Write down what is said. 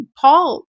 Paul